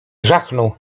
żachnął